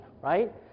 right